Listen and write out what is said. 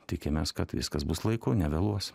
tikimės kad viskas bus laiku nevėluos